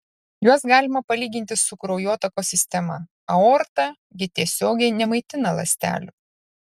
juos galima palyginti su kraujotakos sistema aorta gi tiesiogiai nemaitina ląstelių